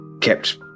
kept